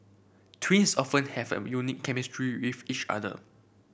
twins often have a unique chemistry with each other